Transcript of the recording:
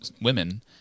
women